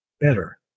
better